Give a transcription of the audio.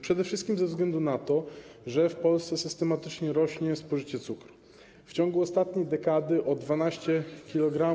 Przede wszystkim ze względu na to, że w Polsce systematycznie rośnie spożycie cukru - w ciągu ostatniej dekady o 12 kg.